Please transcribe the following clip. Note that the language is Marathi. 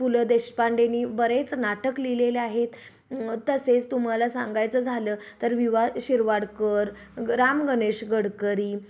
पु लं देशपांडेनी बरेच नाटक लिहिलेले आहेत तसेच तुम्हाला सांगायचं झालं तर वि वा शिरवाडकर राम गणेश गडकरी